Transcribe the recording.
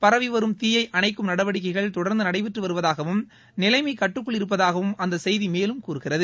பரவி வரும் தீயை அணைக்கும் நடவடிக்கைகள் தொடர்ந்து நடைபெற்று வருவதாகவும் நிலைமை கட்டுக்குள் இருப்பதாகவும் அந்த செய்தி மேலும் கூறுகிறது